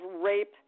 rape